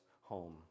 home